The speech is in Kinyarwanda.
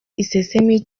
isesemi